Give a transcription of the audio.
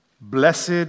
Blessed